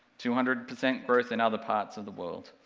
two hundred percent growth in other parts of the world.